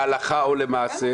להלכה או למעשה,